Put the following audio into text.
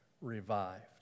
revived